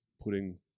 putting